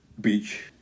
Beach